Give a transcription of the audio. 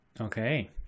Okay